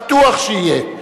בטוח שיהיה.